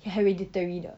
hereditary 的